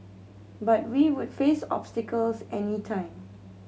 but we would face obstacles any time